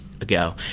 ago